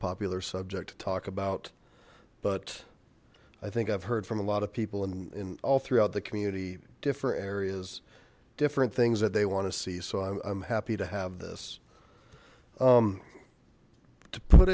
popular subject to talk about but i think i've heard from a lot of people and in all throughout the community different areas different things that they want to see so i'm happy to have this to put